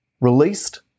released